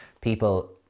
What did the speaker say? people